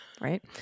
Right